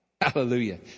Hallelujah